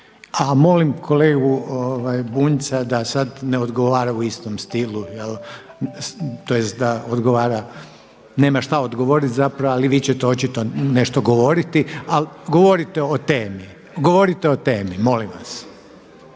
A molim kolegu Bunjca da sada ne odgovara u istom stilu tj. da odgovara, nema šta odgovorit zapravo ali vi ćete očito nešto govoriti, ali govorite o temi, govorite o temi molim vas.